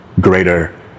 greater